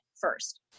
first